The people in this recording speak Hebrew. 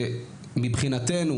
זה מבחינתנו,